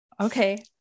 Okay